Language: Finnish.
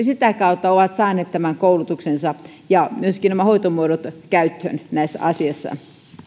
sitä kautta he ovat saaneet tämän koulutuksensa ja nämä hoitomuodot käyttöönsä näissä asioissa